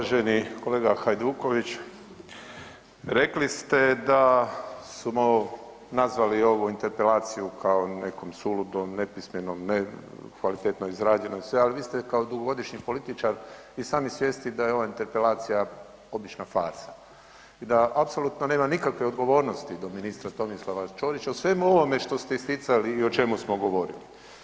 Uvaženi kolega Hajduković, rekli ste da smo nazvali ovu interpelaciju kao nekom suludom, nepismenom, ne kvalitetno izrađenom i sve, ali vi ste kao dugogodišnji političar i sami svjesni da je ova interpelacija obična farsa i da apsolutno nema nikakve odgovornosti do ministra Tomislava Ćorića u svemu ovome što ste isticali i o čemu smo govorili.